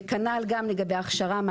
וכנ"ל גם לגבי הכשרה.